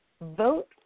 vote